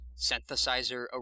synthesizer